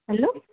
hello